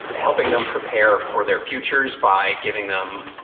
helping them prepare for their futures by giving them.